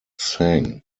sang